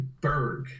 berg